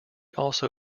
also